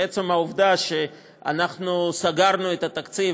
עצם העובדה שאנחנו סגרנו את התקציב,